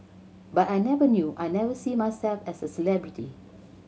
but I never knew I never see myself as a celebrity